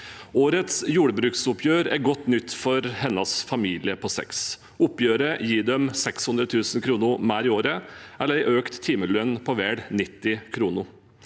Årets jordbruksoppgjør er godt nytt for hennes familie på seks. Oppgjøret gir dem 600 000 kr mer i året, eller en økt timelønn på vel 90 kr.